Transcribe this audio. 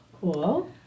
Cool